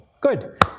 Good